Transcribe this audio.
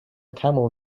camel